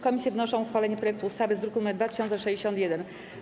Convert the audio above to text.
Komisje wnoszą o uchwalenie projektu ustawy z druku nr 2061.